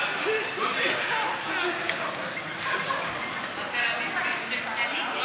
חוק הפיקוח על שירותים פיננסיים (תיקוני חקיקה),